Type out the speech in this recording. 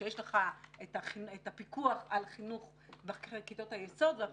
שבו יש פיקוח נפרד על החינוך בכיתות היסוד ועל